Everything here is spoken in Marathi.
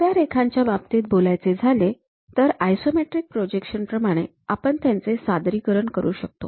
छुप्या रेखाच्या बाबतीत बोलायचे झाले तर आयसोमेट्रिक प्रोजेक्शन प्रमाणे आपण त्यांचे सादरीकरण करू शकतो